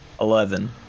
Eleven